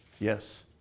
Yes